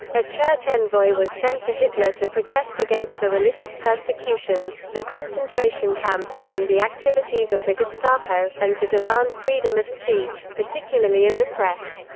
a church envoy was sent to hitler to protest against the religious persecutions, the concentration camps, and the activities of the gestapo, and to demand freedom of speech, particularly in the press.